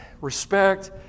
respect